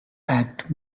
act